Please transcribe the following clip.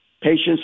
patients